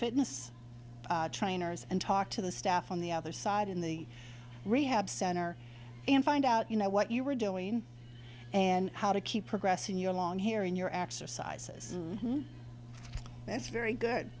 fitness trainers and talk to the staff on the other side in the rehab center and find out you know what you are doing and how to keep progressing your long hair in your exercise is this very good